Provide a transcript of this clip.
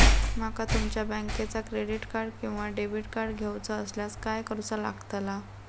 माका तुमच्या बँकेचा क्रेडिट कार्ड किंवा डेबिट कार्ड घेऊचा असल्यास काय करूचा लागताला?